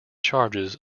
charges